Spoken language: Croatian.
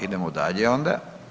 Idemo dalje onda.